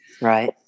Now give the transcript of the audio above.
right